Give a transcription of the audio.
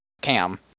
cam